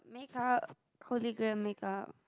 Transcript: make-up collagen make-up